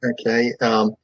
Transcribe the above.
Okay